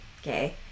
Okay